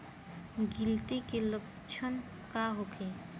गिलटी के लक्षण का होखे?